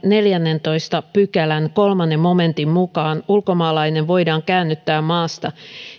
neljännentoista pykälän kolmannen momentin mukaan ulkomaalainen voidaan käännyttää maasta